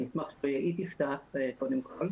אני אשמח שהיא תפתח קודם כל.